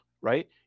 right